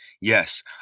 Yes